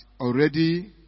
already